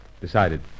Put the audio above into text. Decided